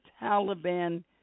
Taliban